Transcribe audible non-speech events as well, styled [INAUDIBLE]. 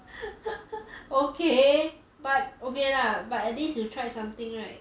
[LAUGHS] okay but okay lah but at least you tried something right